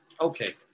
Okay